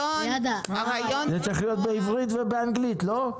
זה צריך להיות בעברית ובאנגלית, לא?